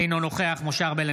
אינו נוכח משה ארבל,